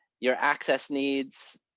your access needs?